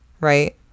right